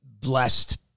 blessed